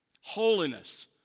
Holiness